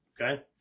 okay